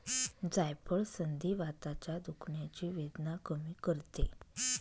जायफळ संधिवाताच्या दुखण्याची वेदना कमी करते